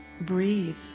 breathe